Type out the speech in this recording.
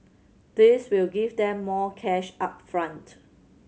this will give them more cash up front